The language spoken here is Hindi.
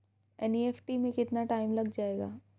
एन.ई.एफ.टी में कितना टाइम लग जाएगा?